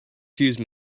fuse